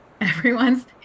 everyone's